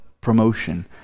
promotion